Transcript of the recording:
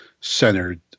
centered